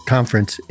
Conference